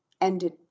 ended